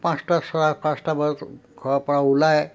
পাঁচটা চাৰে পাঁচটা বজাত ঘৰৰ পৰা ওলাই